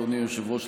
אדוני היושב-ראש,